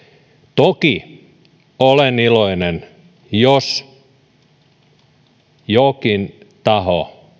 toki olen iloinen jos salissa jokin taho